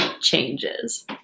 Changes